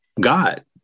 God